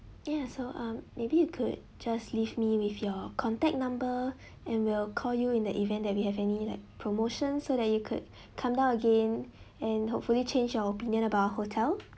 ya so um maybe you could just leave me with your contact number and we'll call you in the event that we have any like promotion so that you could come down again and hopefully change your opinion about our hotel